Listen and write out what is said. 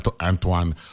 Antoine